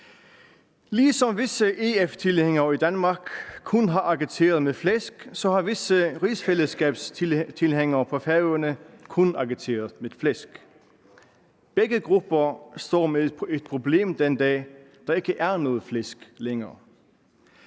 Ligesom visse EU-tilhængere i Danmark kun har agiteret med flæsk, så har visse rigsfællesskabstilhængere på Færøerne kun agiteret med flæsk. Begge grupper står med et problem den dag, der ikke er noget flæsk længere.